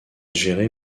géré